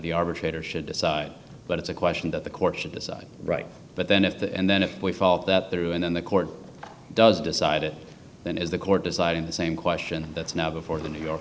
the arbitrator should decide but it's a question that the courts to decide right but then if the and then if we felt that through and then the court does decide it then is the court deciding the same question that's now before the new york